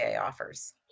offers